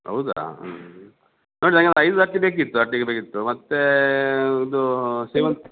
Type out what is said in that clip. ಹೌದಾ ಹ್ಞೂ ಐದು ಅಟ್ಟಿ ಬೇಕಿತ್ತು ಅಟ್ಟಿಗೆ ಬೇಕಿತ್ತು ಮತ್ತು ಇದು ಸೇವಂತಿ